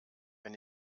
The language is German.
wenn